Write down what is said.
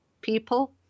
people